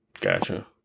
gotcha